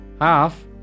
Half